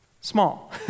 small